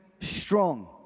strong